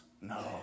No